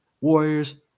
Warriors